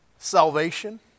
salvation